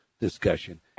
discussion